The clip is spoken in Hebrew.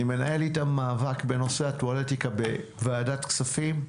אני מנהל איתם מאבק בנושא הטואלטיקה בוועדת הכספים.